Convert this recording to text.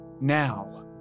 Now